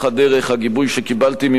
הגיבוי שקיבלתי ממך,